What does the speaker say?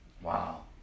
Wow